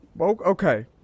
Okay